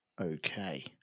Okay